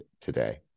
today